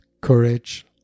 courage